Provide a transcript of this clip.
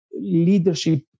leadership